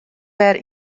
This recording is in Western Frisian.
wer